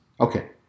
Okay